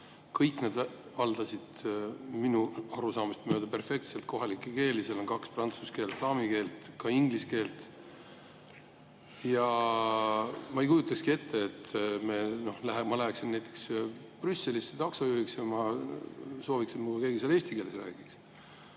Kõik nad valdasid minu arusaamist mööda perfektselt kohalikke keeli, seal on kaks keelt – prantsuse keel, flaami keel –, ka inglise keelt. Ja ma ei kujutakski ette, et ma läheksin näiteks Brüsselisse taksojuhiks ja sooviksin, et keegi seal minuga eesti keeles räägiks.